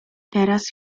teraz